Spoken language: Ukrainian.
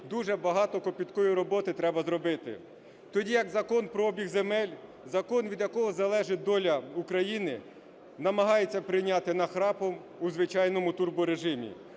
дуже багато кропіткої роботи треба зробити. Тоді як Закон про обіг земель, закон від якого залежить доля України, намагаються прийняти нахрапом у звичайному турборежимі.